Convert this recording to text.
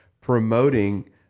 promoting